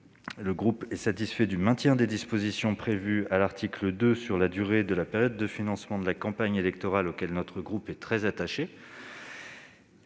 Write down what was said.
est notamment satisfait du maintien des dispositions prévues à l'article 2 sur la durée de la période de financement de la campagne électorale, auxquelles il est très attaché.